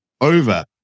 over